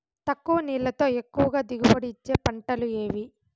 తక్కువ నీళ్లతో ఎక్కువగా దిగుబడి ఇచ్చే పంటలు ఏవి?